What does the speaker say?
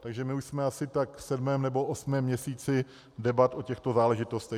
Takže my už jsme asi tak v sedmém nebo osmém měsíci debat o těchto záležitostech.